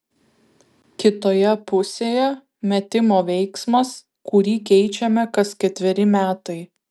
kitoje pusėje metimo veiksmas kurį keičiame kas ketveri metai